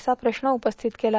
असा प्रश्न उपस्थित केला